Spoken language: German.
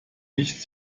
nicht